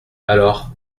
alors